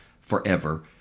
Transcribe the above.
forever